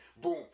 boom